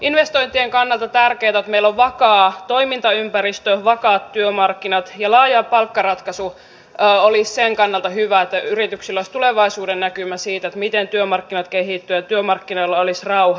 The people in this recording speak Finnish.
investointien kannata tärkeätä on että meillä on vakaa toimintaympäristö vakaat työmarkkinat ja laaja palkkaratkaisu olisi hyvä sen kannalta että yrityksillä olisi tulevaisuudennäkymä siitä miten työmarkkinat kehittyvät ja työmarkkinoilla olisi rauha